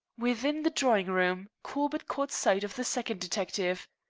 within the drawing-room corbett caught sight of the second detective.